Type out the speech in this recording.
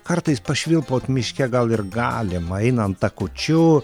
kartais pašvilpaut miške gal ir galima einant takučiu